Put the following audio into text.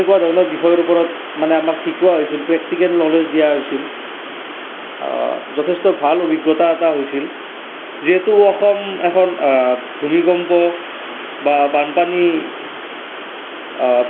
তেনেকুৱা ধৰণৰ বিষয়ৰ ওপৰত মানে আমাক শিকোৱা হৈছিল প্ৰেক্টিকেল ন'লেজ দিয়া হৈছিল যথেষ্ট ভাল অভিজ্ঞতা এটা হৈছিল যিহেতু অসম এখন ভূমিকম্প বা বানপানী